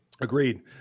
Agreed